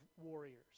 warriors